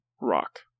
rock